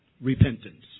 repentance